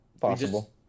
Possible